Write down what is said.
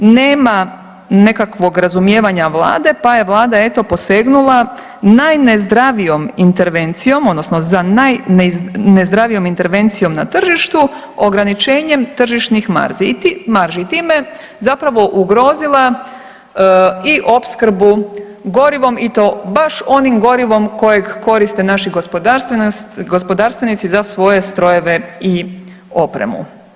Nema nekakvog razumijevanja Vlade, pa je Vlada eto posegnula najnezdravijom intervencijom odnosno za najnezdravijom intervencijom na tržištu ograničenjem tržišnih marži i time zapravo ugrozila i opskrbu gorivom i to baš onim gorivom kojeg koriste naši gospodarstvenici za svoje strojeve i opremu.